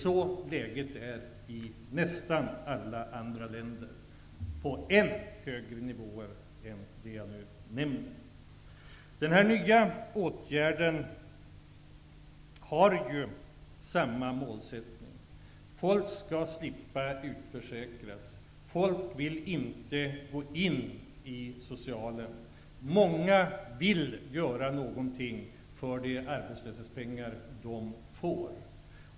Så är det i nästan alla andra länder. Problemen är där ännu större än de jag har nämnt. Den nya åtgärden har samma målsättning. Folk skall slippa utförsäkras. Folk vill inte gå till socialen. Många vill göra någonting för de arbetslöshetspengar de får.